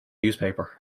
newspaper